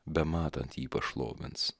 bematant jį pašlovins